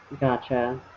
Gotcha